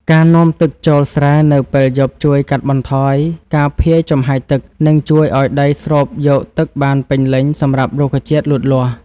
ការនាំទឹកចូលស្រែនៅពេលយប់ជួយកាត់បន្ថយការភាយចំហាយទឹក និងជួយឱ្យដីស្រូបយកទឹកបានពេញលេញសម្រាប់រុក្ខជាតិលូតលាស់។